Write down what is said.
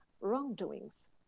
wrongdoings